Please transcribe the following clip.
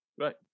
Right